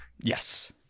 Yes